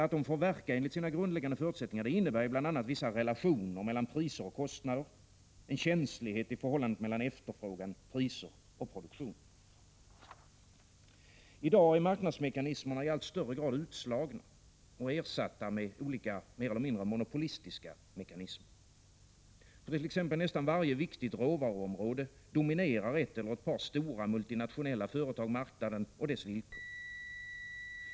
Att de får verka enligt sina grundläggande förutsättningar innebär bl.a. vissa relationer mellan priser och kostnader, en känslighet i förhållandet mellan efterfrågan, priser och produktion. I dag är marknadsmekanismerna i allt högre grad utslagna och ersatta med olika mer eller mindre monopolistiska mekanismer. På t.ex. nästan varje viktigt råvaruområde dominerar ett eller ett par stora multinationella företag marknaden och dess villkor.